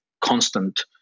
constant